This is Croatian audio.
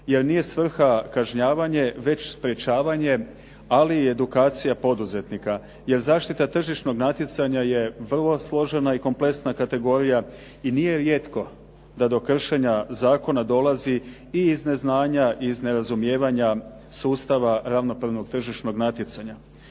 Jer nije svrha kažnjavanje, već sprečavanje ali i edukacija poduzetnika. Jer zaštita tržišnog natjecanja je vrlo složena i kompleksna kategorija i nije rijetko da do kršenja zakona dolazi i iz neznanja i iz nerazumijevanja sustava ravnopravnog tržišnog natjecanja.